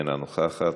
אינה נוכחת,